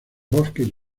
bosques